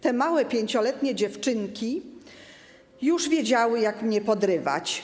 Te małe 5-letnie dziewczynki już wiedziały, jak mnie podrywać.